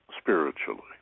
spiritually